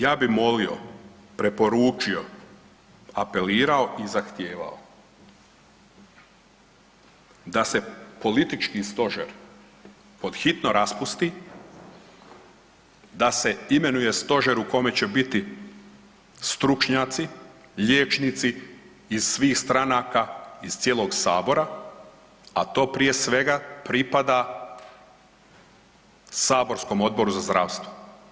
Ja bih molio, preporučio, apelirao i zahtijevao da se politički stožer podhitno raspusti, da se imenuje stožer u kome će biti stručnjaci, liječnici iz svih stranaka iz cijelog Sabora, a to prije svega pripada saborskom Odboru za zdravstvo.